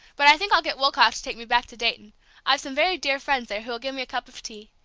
but i think i'll get woolcock to take me back to dayton i've some very dear friends there who'll give me a cup of tea.